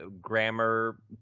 grammar